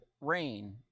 rain